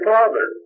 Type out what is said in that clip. Father